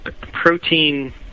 protein